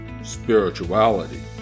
spirituality